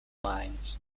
lines